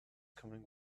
coming